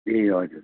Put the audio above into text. ए हजुर